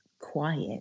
quiet